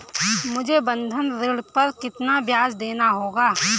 मुझे बंधक ऋण पर कितना ब्याज़ देना होगा?